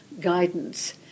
guidance